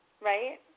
right